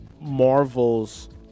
Marvel's